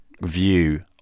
view